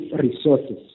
resources